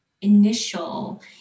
initial